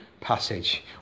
passage